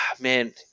man